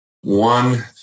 One